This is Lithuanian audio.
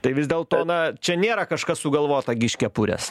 tai vis dėlto na čia nėra kažkas sugalvota gi iš kepurės